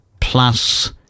plus